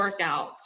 workouts